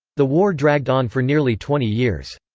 the war dragged on for nearly twenty years.